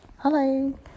Hello